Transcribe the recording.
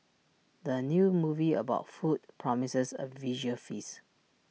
the new movie about food promises A visual feast